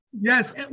Yes